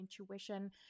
intuition